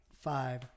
five